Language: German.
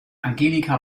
angelika